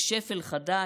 בשפל חדש,